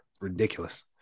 ridiculous